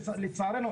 לצערנו,